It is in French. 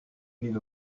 mille